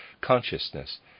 consciousness